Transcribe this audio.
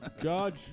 Judge